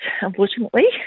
unfortunately